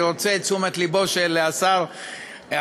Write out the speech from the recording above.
אני רוצה את תשומת לבו של השר החדש,